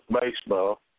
baseball